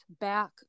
back